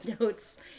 notes